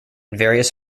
various